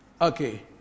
Okay